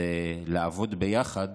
זה לעבוד ביחד